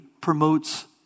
promotes